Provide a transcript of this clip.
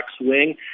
wing